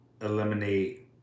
eliminate